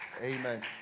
Amen